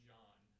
John